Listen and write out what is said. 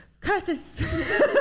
curses